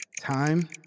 Time